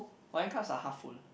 wine cups are half full